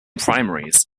primaries